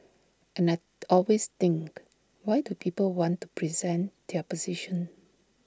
and I always think why do people want to present their position